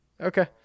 Okay